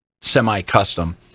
semi-custom